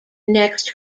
next